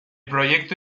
proyecto